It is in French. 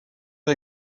eux